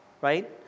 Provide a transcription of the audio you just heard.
right